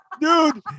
dude